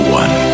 one